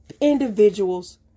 individuals